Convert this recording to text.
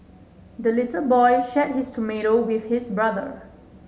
the little boy shared his tomato with his brother